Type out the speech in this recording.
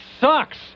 sucks